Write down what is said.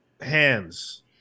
hands